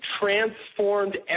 transformed